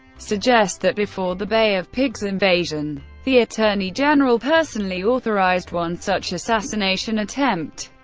suggest that before the bay of pigs invasion, the attorney general personally authorized one such assassination attempt.